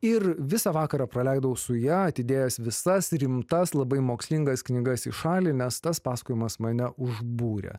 ir visą vakarą praleidau su ja atidėjęs visas rimtas labai mokslingas knygas į šalį nes tas pasakojimas mane užbūrė